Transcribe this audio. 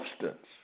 substance